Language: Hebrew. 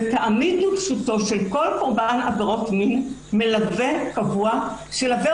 ותעמיד לרשותו של כל קורבן עבירות מין מלווה קבוע שילווה